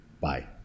Bye